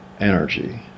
energy